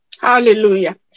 Hallelujah